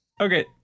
Okay